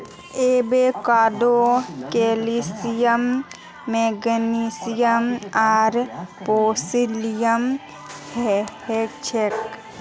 एवोकाडोत calcium magnesium आर potassium हछेक